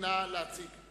אני מברך אותך.